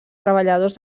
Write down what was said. treballadors